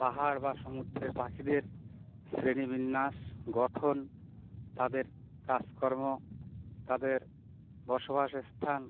পাহাড় বা সমুদ্রের পাখিদের শ্রেণিবিন্যাস গঠন তাদের কাজকর্ম তাদের বসবাসের স্থান